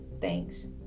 thanks